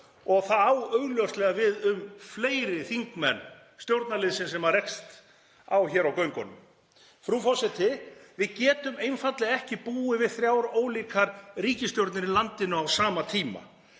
og það á augljóslega við um fleiri þingmenn stjórnarliðsins sem maður rekst á hér á göngunum. Frú forseti. Við getum einfaldlega ekki búið við þrjár ólíkar ríkisstjórnir í landinu á sama tíma.